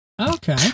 Okay